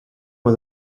was